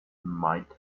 might